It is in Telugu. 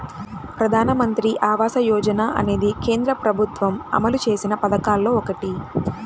ప్రధానమంత్రి ఆవాస యోజన అనేది కేంద్ర ప్రభుత్వం అమలు చేసిన పథకాల్లో ఒకటి